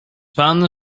pan